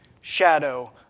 shadow